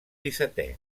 dissetè